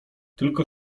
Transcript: tylko